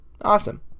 Awesome